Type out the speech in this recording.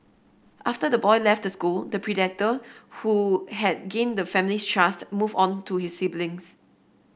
after the boy left the school the predator who had gained the family's trust moved on to his siblings